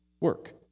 work